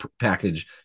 package